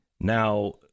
Now